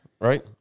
Right